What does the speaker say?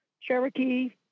Cherokee